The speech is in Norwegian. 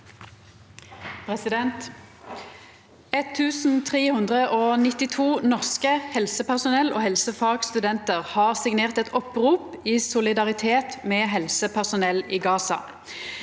1 392 norske helse- personell og helsefagstudentar har signert eit opprop i solidaritet med helsepersonell i Gaza.